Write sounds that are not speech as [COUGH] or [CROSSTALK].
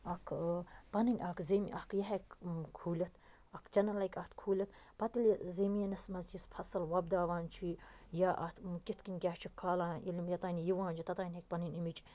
اَکھ پَنٕنۍ اکھ [UNINTELLIGIBLE] اکھ یہِ ہٮ۪کہٕ کھوٗلِتھ اکھ چَنَل ہٮ۪کہِ اَتھ کھوٗلِتھ پَتہٕ ییٚلہِ یہِ زٔمیٖنَس مَنٛز یُس فصل وۄپداوان چھُے یا اتھ کِتھ کٔنۍ کیٛاہ چھُ کھالان ییٚلہِ یِم یوٚتام یہِ یِوان چھِ توٚتام ہیٚکہِ پَنٕنۍ اَمِچ